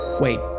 Wait